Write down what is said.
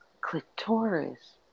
clitoris